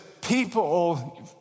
people